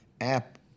app